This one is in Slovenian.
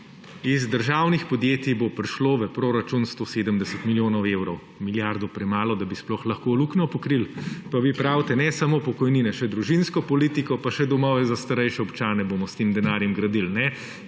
iz državnih podjetij bo prišlo v proračun 170 milijonov evrov. Milijardo premalo, da bi sploh lahko luknjo pokrili, pa vi pravite, ne samo pokojnine, še družinsko politiko pa še domove za starejše občane bomo s tem denarjem gradili.